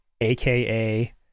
aka